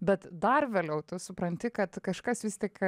bet dar vėliau tu supranti kad kažkas vis tik